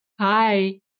Hi